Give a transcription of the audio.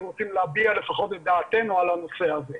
רוצים להביע לפחות את דעתנו על הנושא הזה.